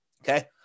Okay